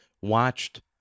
watched